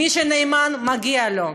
מי שנאמן, מגיע לו.